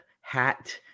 hat